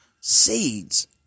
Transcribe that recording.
seeds